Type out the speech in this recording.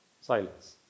Silence